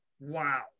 Wow